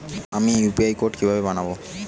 আমি UPI code কিভাবে বানাব?